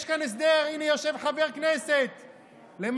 יש כאן הסדר, הינה יושב חבר כנסת למעלה.